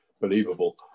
believable